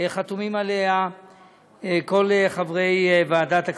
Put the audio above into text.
שנייה ושלישית בוועדת הכספים.